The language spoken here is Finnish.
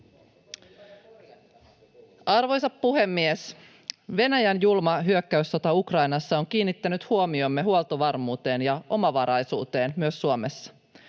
Arvoisa puhemies! Venäjän julma hyökkäyssota Ukrainassa on kiinnittänyt huomiomme huoltovarmuuteen ja omavaraisuuteen myös Suomessa.